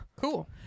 cool